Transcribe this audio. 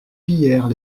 pillèrent